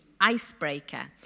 icebreaker